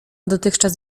dotychczas